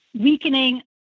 weakening